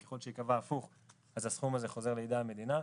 וככל שייקבע הפוך אז הסכום הזה חוזר לידי המדינה.